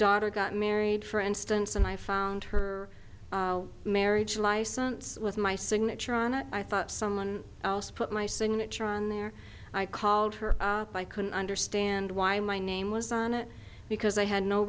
daughter got married for instance and i found her marriage license with my signature on it i thought someone else put my signature on there i called her by couldn't understand why my name was on it because i had no